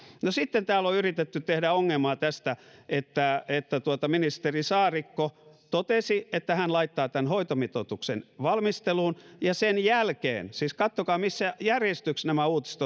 sitten täällä on yritetty tehdä ongelmaa siitä että ministeri saarikko totesi että hän laittaa tämän hoitomitoituksen valmisteluun ja sen jälkeen siis katsokaa missä järjestyksessä nämä uutiset